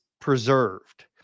preserved